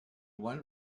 one